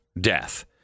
death